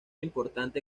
importante